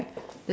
like